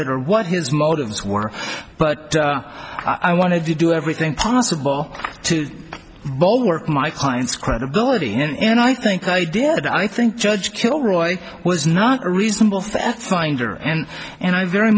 it or what his motives were but i wanted to do everything possible to both work my client's credibility and i think i did i think judge kilroy was not reasonable fact finder and and i very